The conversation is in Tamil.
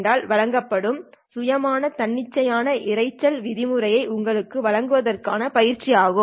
ஆல் வழங்கப்படும் சுயமான தன்னிச்சையான இரைச்சல் விதிமுறையை உங்களுக்கு வழங்குவதற்கான பயிற்சி ஆகும்